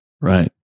right